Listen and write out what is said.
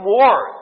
more